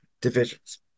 divisions